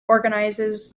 organises